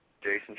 Jason